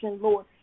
lord